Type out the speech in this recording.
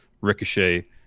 ricochet